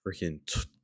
freaking